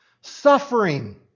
Suffering